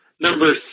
Number